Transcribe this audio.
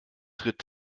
tritt